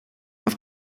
auf